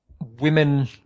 women